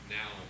now